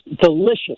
delicious